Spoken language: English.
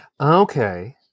Okay